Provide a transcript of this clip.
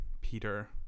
Peter